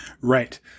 Right